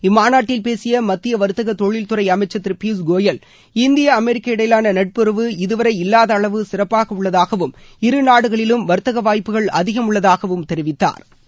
இம்மாநாட்டில் பேசிய மத்திய வர்த்தக தொழில் துறை அமைச்சர் திரு பியூஸ் கோயல் இந்தியா அமெரிக்கா இடையிலான நடப்புறவு இதுவரை இல்வாத அளவு சிறப்பாக உள்ளதாகவும் இரு நாடுகளிலும் வா்த்தக வாய்ப்புகள் அதிகம் உள்ளதாகவும் தெரிவித்தாா்